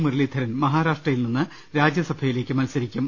മുരളീധരൻ മഹാരാഷ്ട്ര യിൽ നിന്ന് രാജ്യസഭയിലേക്ക് മത്സരിക്കും